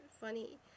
funny